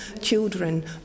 children